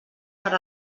per